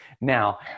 Now